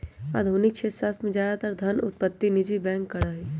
आधुनिक अर्थशास्त्र में ज्यादातर धन उत्पत्ति निजी बैंक करा हई